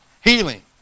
healing